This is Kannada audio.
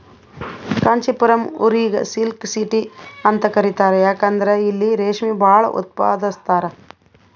ಕಾಂಚಿಪುರಂ ಊರಿಗ್ ಸಿಲ್ಕ್ ಸಿಟಿ ಅಂತ್ ಕರಿತಾರ್ ಯಾಕಂದ್ರ್ ಇಲ್ಲಿ ರೇಶ್ಮಿ ಭಾಳ್ ಉತ್ಪಾದಸ್ತರ್